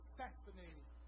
fascinating